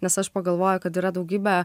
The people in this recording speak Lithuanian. nes aš pagalvoju kad yra daugybė